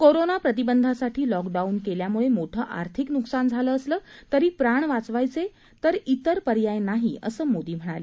corona प्रतिबंधासाठी lockdown केल्यामुळं मोठं आर्थिक नुकसान झालं असलं तरी प्राण वाचवायचे तर इतर पर्याय नाही असं मोदी म्हणाले